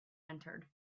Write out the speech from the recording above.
entered